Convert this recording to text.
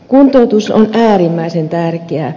kuntoutus on äärimmäisen tärkeää